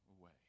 away